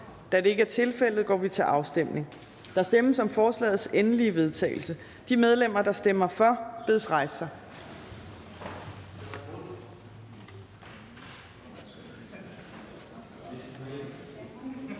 Fjerde næstformand (Trine Torp): Der stemmes om forslagets endelige vedtagelse. De medlemmer, der stemmer for, bedes rejse sig.